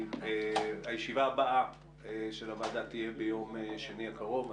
הישיבה הבאה של הוועדה תהיה ביום שני הקרוב.